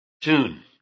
tune